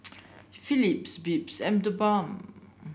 Philips Beats and TheBalm